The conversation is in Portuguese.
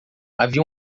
havia